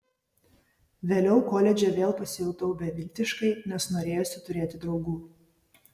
vėliau koledže vėl pasijutau beviltiškai nes norėjosi turėti draugų